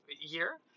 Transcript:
year